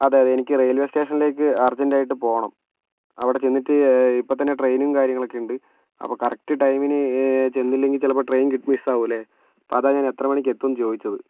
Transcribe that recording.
അതേ അതേ എനിക്ക് റെയിൽ വേ സ്റ്റേഷനിലേക്ക് അർജൻറായിട്ട് പോകണം അവിടെ ചെന്നിട്ട് ഇപ്പം തന്നെ ട്രെയിനും കാര്യങ്ങളൊക്കെ ഉണ്ട് അപ്പോൾ കറക്ട് ടൈമിന് ചെന്നില്ലെങ്കിൽ ചിലപ്പോൾ ട്രെയിൻ കിട്ട് മിസ്സാകില്ലേ അപ്പം അതാ ഞാനെത്ര മണിക്ക് എത്തുമെന്ന് ചോദിച്ചത്